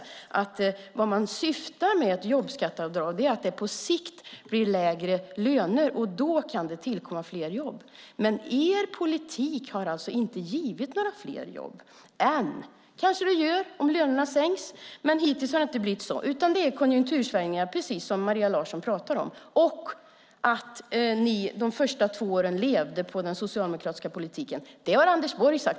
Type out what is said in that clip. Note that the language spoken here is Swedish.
Vad man syftar på när det gäller ett jobbskatteavdrag är att det på sikt blir lägre löner och att det då kan tillkomma fler jobb. Men er politik har alltså ännu inte gett några fler jobb. Kanske blir det så om lönerna sänks. Hittills har det dock inte blivit så, utan det är fråga om konjunktursvängningar - precis som Maria Larsson säger. Att ni de två första åren levde på den socialdemokratiska politiken har Anders Borg sagt.